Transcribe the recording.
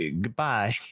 Goodbye